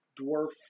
dwarf